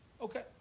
okay